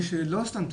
לא סתם תקן,